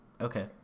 okay